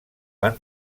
van